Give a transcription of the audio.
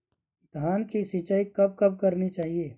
धान की सिंचाईं कब कब करनी चाहिये?